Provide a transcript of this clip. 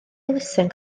elusen